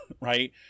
right